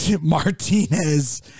Martinez